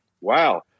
wow